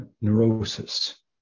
neurosis